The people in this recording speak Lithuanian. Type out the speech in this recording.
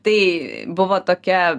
tai buvo tokia